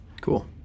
Cool